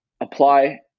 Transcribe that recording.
apply